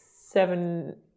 seven